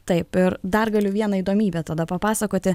taip ir dar galiu vieną įdomybę tada papasakoti